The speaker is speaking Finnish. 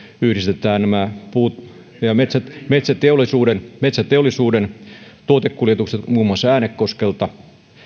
yhdistetään nämä metsäteollisuuden metsäteollisuuden tuotekuljetukset muun muassa äänekoskelta